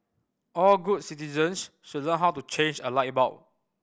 all good citizens should learn how to change a light bulb